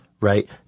Right